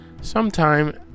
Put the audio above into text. sometime